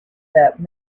that